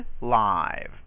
live